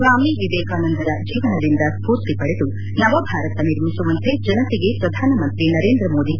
ಸ್ವಾಮಿ ವಿವೇಕಾನಂದರ ಜೀವನದಿಂದ ಸ್ವೂರ್ತಿ ಪಡೆದು ನವಭಾರತ ನಿರ್ಮಿಸುವಂತೆ ಜನತೆಗೆ ಪ್ರಧಾನಮಂತ್ರಿ ನರೇಂದ್ರಮೋದಿ ಕರೆ